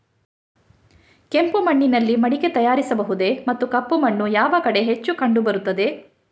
ಕೆಂಪು ಮಣ್ಣಿನಲ್ಲಿ ಮಡಿಕೆ ತಯಾರಿಸಬಹುದೇ ಮತ್ತು ಕಪ್ಪು ಮಣ್ಣು ಯಾವ ಕಡೆ ಹೆಚ್ಚು ಕಂಡುಬರುತ್ತದೆ?